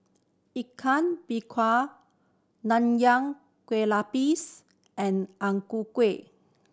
Ikan Bakar Nonya Kueh Lapis and Ang Ku Kueh